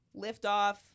Liftoff